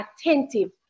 attentive